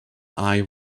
eye